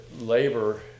labor